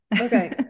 Okay